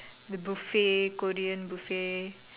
the buffet Korean buffet